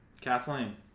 Kathleen